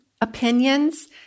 opinions